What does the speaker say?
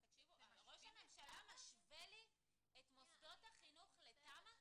תקשיבו ראש הממשלה משווה לי את מוסדות החינוך לתמ"א?